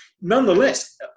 Nonetheless